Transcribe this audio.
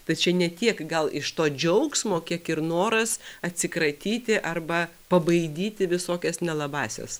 tai čia ne tiek gal iš to džiaugsmo kiek ir noras atsikratyti arba pabaidyti visokias nelabąsias